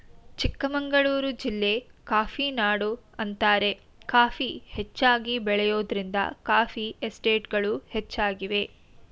ಚಿಕ್ಕಮಗಳೂರು ಜಿಲ್ಲೆ ಕಾಫಿನಾಡು ಅಂತಾರೆ ಕಾಫಿ ಹೆಚ್ಚಾಗಿ ಬೆಳೆಯೋದ್ರಿಂದ ಕಾಫಿ ಎಸ್ಟೇಟ್ಗಳು ಹೆಚ್ಚಾಗಿವೆ